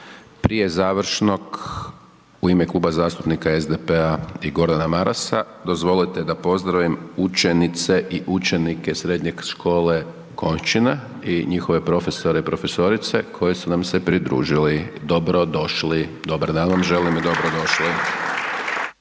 Prije završnog u ime Kluba zastupnika SDP-a i Gordana Marasa dozvolite da pozdravim učenice i učenike srednje škole Konjšćina i njihove profesore i profesorice koje su nam se pridružili. Dobro došli! Dobar dan vam želim i dobro došli!